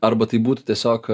arba tai būtų tiesiog